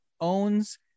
owns